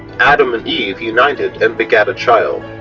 adam and eve united and begat a child,